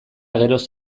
geroz